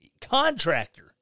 Contractor